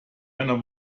einer